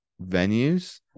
venues